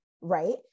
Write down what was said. right